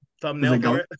thumbnail